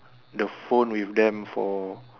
the phone with them for